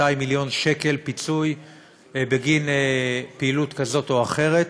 מיליון שקל פיצוי בגין פעילות כזאת או אחרת,